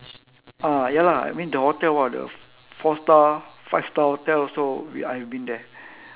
ah ya lah I mean the hotel !wah! the f~ four star five star hotel also we I have been there